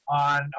on